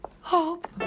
Hope